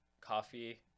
coffee